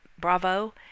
bravo